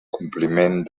compliment